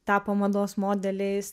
tapo mados modeliais